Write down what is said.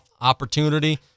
opportunity